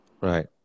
Right